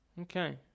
Okay